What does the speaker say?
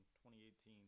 2018